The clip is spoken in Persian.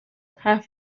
حرف